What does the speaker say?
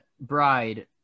Bride